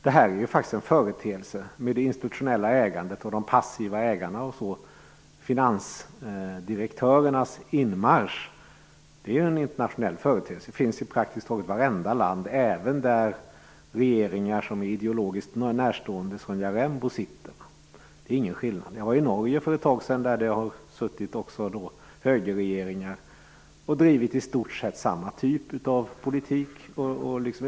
Det institutionella ägandet, de passiva ägarna och finansdirektörernas inmarsch är ju faktiskt en internationell företeelse. Det finns i praktiskt taget vartenda land, även i länder med regeringar som ideologiskt är närstående Sonja Rembo. Det är ingen skillnad. Jag var i Norge för ett tag sedan. Där har det suttit högerregeringar och drivit i stort sett samma typ av politik.